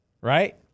right